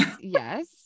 Yes